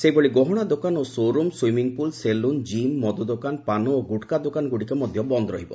ସେହିଭଳି ଗହଣା ଦୋକାନ ଓ ସୋ'ରୁମ୍ ସୁଇମିଂ ପୁଲ୍ ସେଲୁନ୍ କିମ୍ ମଦଦୋକାନ ପାନ ଓ ଗୁଟ୍ଖା ଦୋକାନ ଗୁଡ଼ିକ ମଧ୍ୟ ବନ୍ଦ ରହିବ